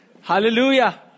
Hallelujah